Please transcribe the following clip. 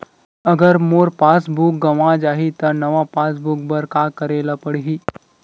अगर मोर passbook गवां जाहि त नवा पास बुक बर का करे ल पड़हि?